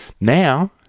Now